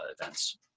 events